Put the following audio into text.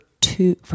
two